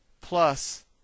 plus